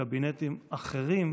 בקבינטים אחרים,